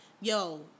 yo